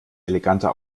eleganter